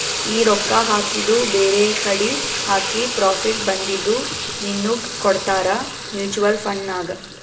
ನೀ ರೊಕ್ಕಾ ಹಾಕಿದು ಬೇರೆಕಡಿ ಹಾಕಿ ಪ್ರಾಫಿಟ್ ಬಂದಿದು ನಿನ್ನುಗ್ ಕೊಡ್ತಾರ ಮೂಚುವಲ್ ಫಂಡ್ ನಾಗ್